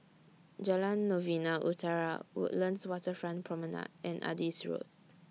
Jalan Novena Utara Woodlands Waterfront Promenade and Adis Road